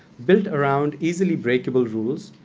built around easily breakable rules,